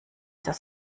das